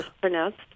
pronounced